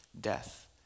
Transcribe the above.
death